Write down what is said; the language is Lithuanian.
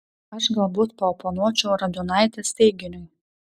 aš galbūt paoponuočiau radiunaitės teiginiui